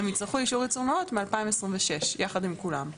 אם יצטרכו אישור ייצור נאות מ-2026, יחד עם כולם.